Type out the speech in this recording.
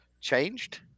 changed